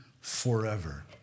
forever